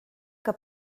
que